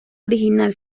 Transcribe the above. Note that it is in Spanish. original